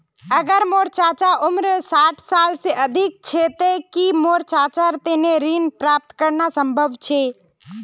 अगर मोर चाचा उम्र साठ साल से अधिक छे ते कि मोर चाचार तने ऋण प्राप्त करना संभव छे?